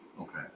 Okay